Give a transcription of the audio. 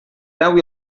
deu